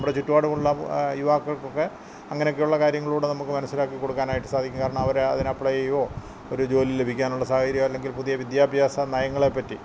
നമ്മുടെ ചുറ്റുപാടുമുള്ള യുവാക്കൾക്കൊക്കെ അങ്ങനെയൊക്കെയുള്ള കാര്യങ്ങളിലൂടെ നമുക്ക് മനസ്സിലാക്കി കൊടുക്കാനായിട്ടു സാധിക്കും കാരണം അവർ അതിന് അപ്ലൈ ചെയ്യുകയോ ഒരു ജോലി ലഭിക്കാനുള്ള സാഹചര്യം അല്ലെങ്കിൽ പുതിയ വിദ്യാഭ്യാസ നയങ്ങളെ പറ്റി